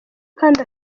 kandi